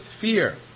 fear